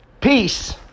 Peace